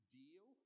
deal